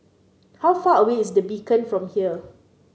how far away is The Beacon from here